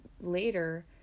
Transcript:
later